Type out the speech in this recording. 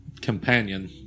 companion